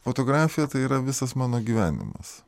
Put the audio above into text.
fotografija tai yra visas mano gyvenimas